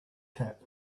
cap